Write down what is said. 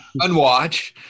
unwatch